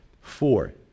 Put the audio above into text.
Four